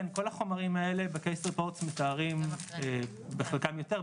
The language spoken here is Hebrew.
כן כל החומרים האלה בקייס ריפורט מתארים בחלקם יותר,